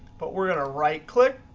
but we're going to right click,